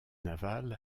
navals